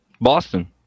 Boston